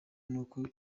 n’uko